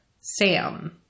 Sam